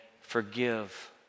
forgive